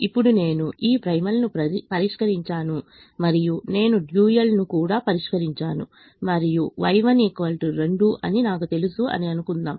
ఇప్పుడు నేను ఈ ప్రైమల్ను పరిష్కరించాను మరియు నేను డ్యూయల్ను కూడా పరిష్కరించాను మరియు Y1 2 అని నాకు తెలుసు అని అనుకుందాం